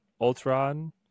Ultron